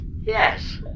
Yes